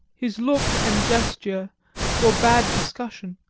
his look and gesture forbade discussion,